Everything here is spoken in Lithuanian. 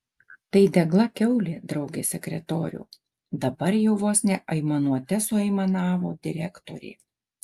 tai degla kiaulė drauge sekretoriau dabar jau vos ne aimanuote suaimanavo direktorė